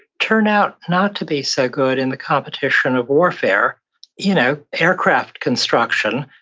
turn out not to be so good in the competition of warfare you know aircraft construction.